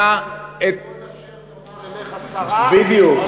"כל אשר תאמר אליך שרה שמע בקֹלה." בדיוק.